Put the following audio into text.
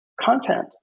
content